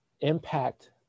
impact